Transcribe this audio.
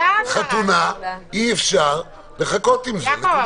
אבל חתונה אי אפשר לחכות עם זה, נקודה.